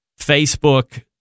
Facebook